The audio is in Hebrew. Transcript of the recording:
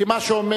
כי מה שאומר,